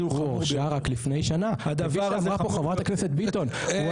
זה היה רק לפני שנה הדבר אמרה פה חברת הכנסת ביטון,